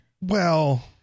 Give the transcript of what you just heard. Well-